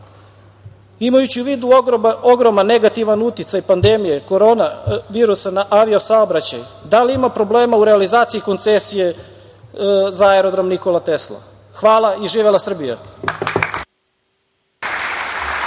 Imajući u vidu ogroman negativan uticaj pandemije na avio saobraćaj, da li ima problema u realizaciji Koncesije za aerodrom „Nikola Tesla“? Hvala i živela Srbija.